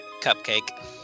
cupcake